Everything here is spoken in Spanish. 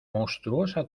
monstruosa